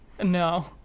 no